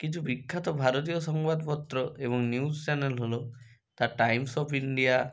কিছু বিখ্যাত ভারতীয় সংবাদপত্র এবং নিউজ চ্যানেল হল দ্য টাইমস অফ ইন্ডিয়া